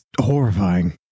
horrifying